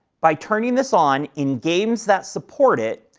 by turning this on in games that support it,